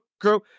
crew